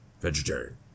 Vegetarian